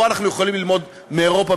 פה אנחנו יכולים ללמוד מאירופה,